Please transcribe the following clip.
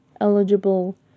eligible